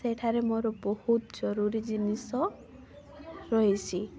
ସେଠାରେ ମୋର ବହୁତ ଜରୁରୀ ଜିନିଷ ରହିଛି